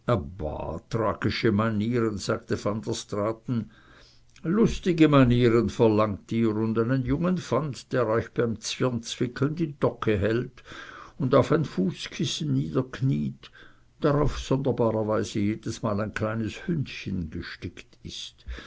manieren sagte van der straaten lustige manieren verlangt ihr und einen jungen fant der euch beim zwirnwickeln die docke hält und auf ein fußkissen niederkniet darauf sonderbarerweise jedesmal ein kleines hündchen gestickt ist